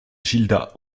gilda